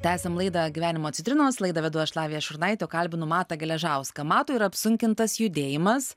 tęsiam laidą gyvenimo citrinos laidą vedu aš lavija šurnaitė kalbinu matą geležauską matui yra apsunkintas judėjimas